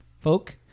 folk